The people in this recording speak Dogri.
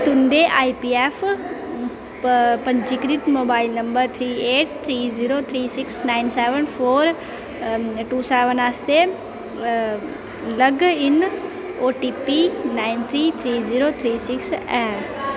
तुं'दे आईपीऐफ्फओ पंजीकृत mobile number three eight three zero three six nine seven four two seven आस्तै log in OTP nine three three zero three six ऐ